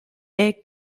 est